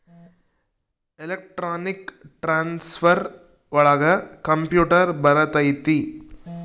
electronic transfer ಒಳಗ computer ಬರತೈತಿ